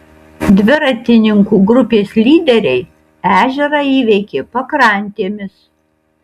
dviratininkų grupės lyderiai ežerą įveikė pakrantėmis